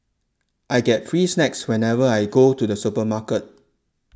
I get free snacks whenever I go to the supermarket